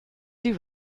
die